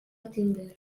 tinder